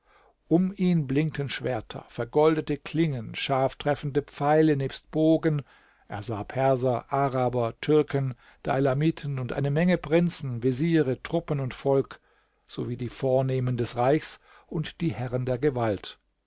um ihn blinkten schwerter vergoldete klingen scharftreffende pfeile nebst bogen er sah perser araber türken deilamiten und eine menge prinzen veziere truppen und volk sowie die vornehmen des reichs und die herren der gewalt